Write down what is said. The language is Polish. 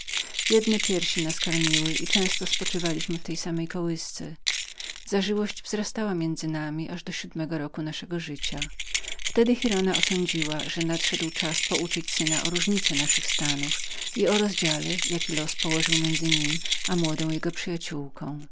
jedne piersi nas karmiły i często spoczywaliśmy w tej samej kołysce zażyłość wzrastała między nami aż do siódmego roku naszego życia wtedy giralda osądziła że nadszedł czas uwiadomienia syna o różnicy naszych stanów i o rozdziele jaki los położył między nim a młodą jego przyjaciołką